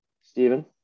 Stephen